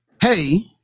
hey